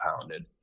pounded